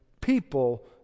people